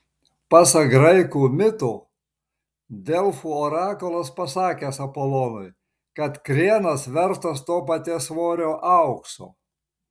pasak graikų mito delfų orakulas pasakęs apolonui kad krienas vertas to paties svorio aukso